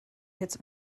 its